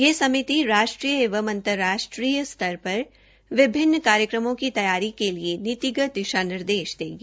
यह समिति राष्ट्रीय एवं अंतरराष्ट्रीय स्तर पर विभिन्न कार्यक्रमों की तैयारी के लिए नीतिगत दिषा निर्देष देगी